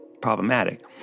problematic